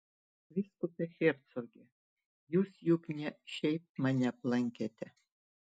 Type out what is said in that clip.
vyskupe hercoge jūs juk ne šiaip mane aplankėte